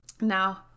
Now